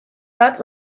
bat